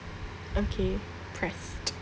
okay pressed